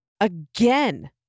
Again